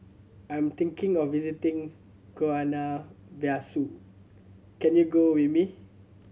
I am thinking of visiting Guinea Bissau can you go with me